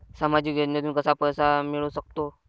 सामाजिक योजनेतून कसा पैसा मिळू सकतो?